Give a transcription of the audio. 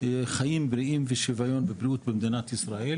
חיים בריאים ושוויון בבריאות במדינת ישראל,